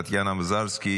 טטיאנה מזרסקי,